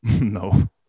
no